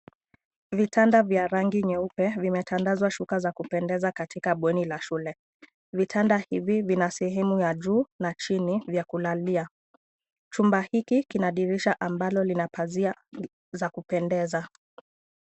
Vitanda vya rangi nyeupe vimetandazwa shuka za kupendeza katika bweni la shule. Vitand hivi vina sehemu ya juu na chini vya kulalia. Chumba hiki kina dirisha ambalo lina pazia za kupendeza.